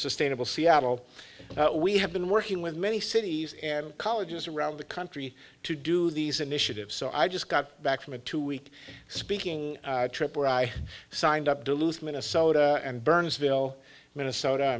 sustainable seattle we have been working with many cities and colleges around the country to do these initiatives so i just got back from a two week speaking trip where i signed up to lose minnesota and burnsville minnesota